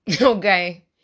Okay